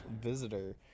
visitor